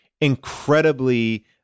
incredibly